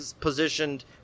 positioned